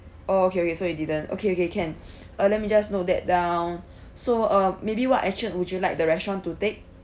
oh okay okay so he didn't okay okay can uh let me just note that down so uh maybe what action would you like the restaurant to take